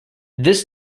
this